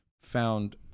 found